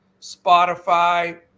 Spotify